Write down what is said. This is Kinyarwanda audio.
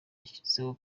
yashyizeho